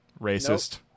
Racist